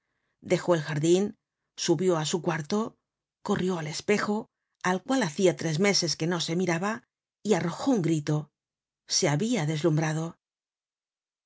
dejó el jardin subió á su cuarto corrió al espejo al cual hacia tres meses que no se miraba y arrojó un grito se habia deslumhrado